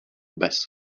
bez